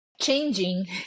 changing